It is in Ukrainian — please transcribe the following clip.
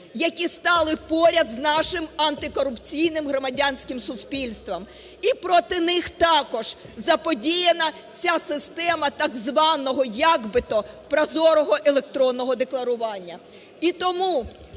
які стали поряд з нашим антикорупційним громадянським суспільством. І проти них також заподіяна ця система так званого як би то прозорого електронного декларування.